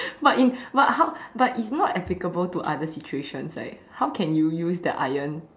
but in but how but it's not applicable in other situation like how could you use the iron